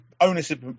ownership